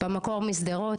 במקור משדרות,